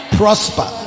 prosper